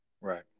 Right